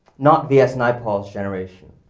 not vs naipaul's generation,